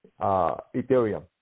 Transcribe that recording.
Ethereum